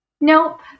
Nope